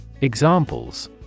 Examples